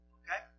okay